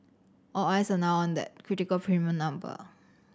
all eyes are now on that critical premium number